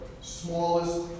smallest